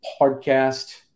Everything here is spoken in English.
podcast